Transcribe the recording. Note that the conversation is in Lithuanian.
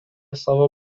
savo